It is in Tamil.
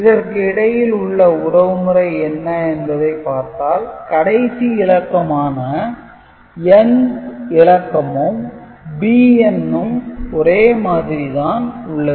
இதற்கு இடையில் உள்ள உறவுமுறை என்ன என்பதை பார்த்தால் கடைசி இலக்கமான nth இலக்கமும் Bn ம் ஒரே மாதிரிதான் உள்ளது